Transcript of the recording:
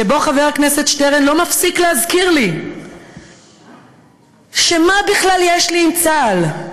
שבו חבר הכנסת שטרן לא מפסיק להזכיר לי ש-מה בכלל יש לי עם צה"ל.